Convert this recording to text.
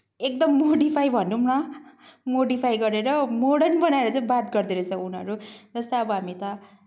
एकदम मोडिफाई भनौँ न मोडिफाई गरेर मोर्डर्न बनाएर चाहिँ बात गर्दो रहेछ उनीहरू जस्तै अब हामी त